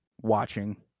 watching